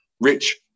rich